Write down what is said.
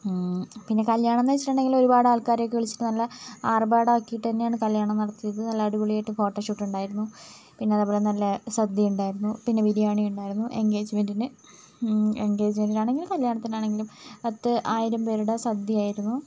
പിന്നെ കല്ല്യാണം എന്നു വച്ചിട്ടുണ്ടെങ്കിൽ ഒരുപാട് ആൾക്കാരെ ഒക്കെ വിളിച്ചിട്ട് നല്ല ആർഭാടമാക്കിയിട്ട് തന്നെ ആണ് കല്ല്യാണം നടത്തിയത് നല്ല അടിപൊളി ആയിട്ട് ഫോട്ടോഷൂട്ട് ഉണ്ടായിരുന്നു പിന്നെ അതേപോലെ നല്ല സദ്യ ഉണ്ടായിരുന്നു പിന്നെ ബിരിയാണി ഉണ്ടായിരുന്നു എൻഗേജ്മെന്റിന് എൻഗേജ്മെന്റിന് ആണെങ്കിലും കല്ല്യാണത്തിന് ആണെങ്കിലും പത്ത് ആയിരം പേരുടെ സദ്യ ആയിരുന്നു